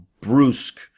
brusque